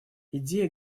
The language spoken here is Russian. идея